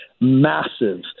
massive